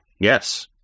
Yes